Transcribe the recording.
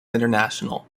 international